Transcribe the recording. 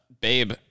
babe